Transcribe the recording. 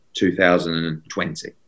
2020